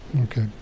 Okay